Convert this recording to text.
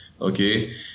okay